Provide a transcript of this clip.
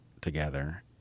together